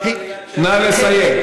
נא לסיים.